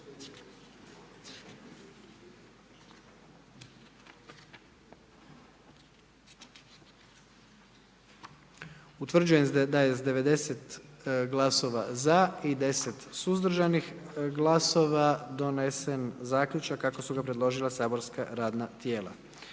Utvrđujem da je većinom glasova, 78 za, 13 suzdržanih i 10 protiv donijet zaključak kako su predložila saborska radna tijela.